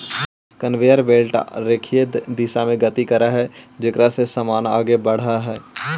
conveyor belt रेखीय दिशा में गति करऽ हई जेकरा से समान आगे बढ़ऽ हई